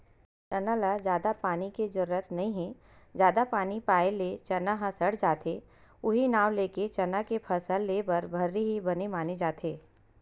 चना ल जादा पानी के जरुरत नइ हे जादा पानी पाए ले चना ह सड़ जाथे उहीं नांव लेके चना के फसल लेए बर भर्री ही बने माने जाथे